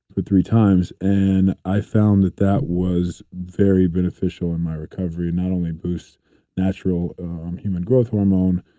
but three times. and i found that that was very beneficial in my recovery in not only boosts natural human growth hormone,